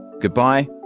Goodbye